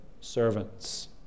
servants